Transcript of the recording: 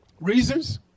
Reasons